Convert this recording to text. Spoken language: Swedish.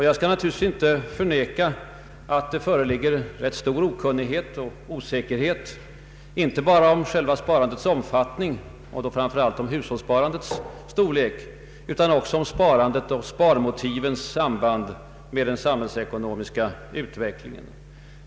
Jag kan naturligtvis inte förneka att det föreligger stor okunnighet och osäkerhet inte bara om själva sparandets omfattning — och då framför allt om hushållssparandets storlek — utan också om sparandets och sparmotivens samband med den samhällsekonomiska utvecklingen.